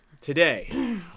today